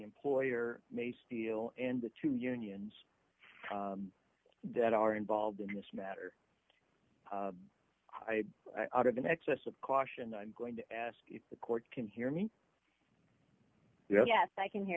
employer may steal and the two unions that are involved in this matter i have an excess of caution i'm going to ask if the court can hear me yes i can hear